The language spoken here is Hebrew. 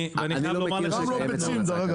גם לא על ביצים.